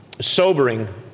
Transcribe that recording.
sobering